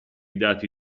dati